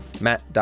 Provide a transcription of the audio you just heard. Matt